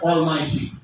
Almighty